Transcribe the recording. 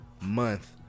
month